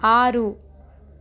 ఆరు